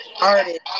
artist